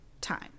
time